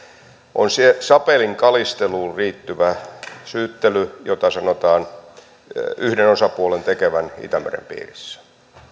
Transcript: on se sapelinkalisteluun liittyvä syyttely jota sanotaan yhden osapuolen tekevän itämeren piirissä